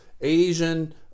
Asian